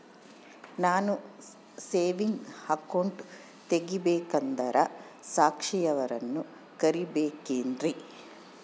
ನಾನು saving account ತೆಗಿಬೇಕಂದರ ಸಾಕ್ಷಿಯವರನ್ನು ಕರಿಬೇಕಿನ್ರಿ?